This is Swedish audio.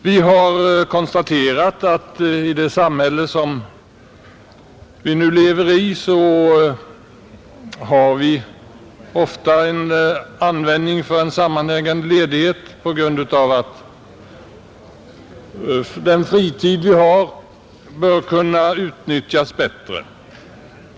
Vi har konstaterat att i vårt samhälle har vi ofta behov av en sammanhängande ledighet för att den fritid vi har skall kunna utnyttjas bättre.